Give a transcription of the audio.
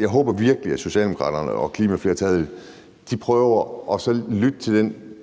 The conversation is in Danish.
Jeg håber virkelig, at Socialdemokraterne og klimaflertallet prøver at lytte til den